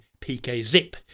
PKZIP